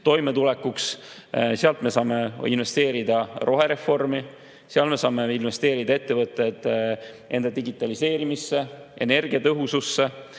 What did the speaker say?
toime tulla. Sealt me saame investeerida rohereformi, sealt saavad investeerida ettevõtted enda digitaliseerimisse, energiatõhususse,